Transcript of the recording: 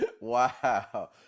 Wow